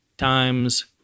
times